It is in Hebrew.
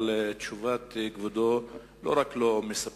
אבל תשובת כבודו לא רק לא מספקת,